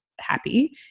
happy